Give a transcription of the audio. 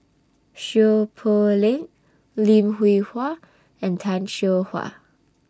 Seow Poh Leng Lim Hwee Hua and Tan Seow Huah